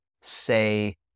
say